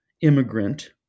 immigrant